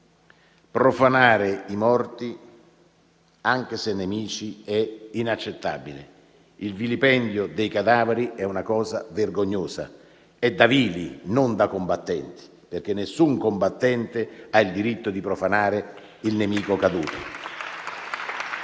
Profanare i morti, anche se nemici, è inaccettabile. Il vilipendio dei cadaveri è una cosa vergognosa: è da vili, non da combattenti, perché nessun combattente ha il diritto di profanare il nemico caduto.